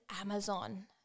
Amazon